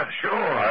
sure